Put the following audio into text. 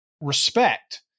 respect